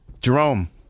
Jerome